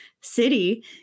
city